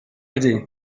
ydy